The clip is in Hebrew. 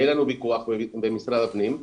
היה לנו ויכוח במשרד הפנים,